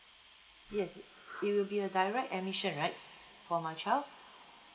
yes it will be a direct admission right for my child